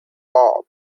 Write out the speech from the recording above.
bulb